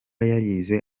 yarize